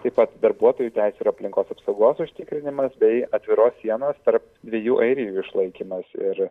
taip pat darbuotojų teisių ir aplinkos apsaugos užtikrinimas bei atviros sienos tarp dviejų airijų išlaikymas ir